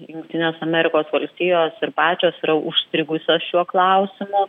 jungtinės amerikos valstijos ir pačios yra užstrigusios šiuo klausimu